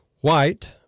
white